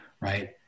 right